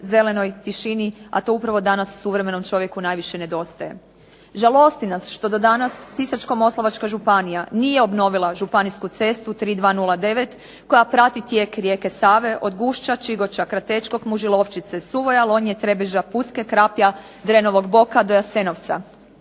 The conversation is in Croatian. zelenoj tišini, a to upravo danas suvremenom čovjeku najviše nedostaje. Žalosti nas što do danas Sisačko-moslavačka županija nije obnovila županijsku cestu 3209 koja prati tijek rijeke Save, od Gušća, Čigoća, Kratečkog, Mužilovčice, Suvoja, Lonje, Trebeža, Puske, Krapja, Drenovog boka do Jasenovca.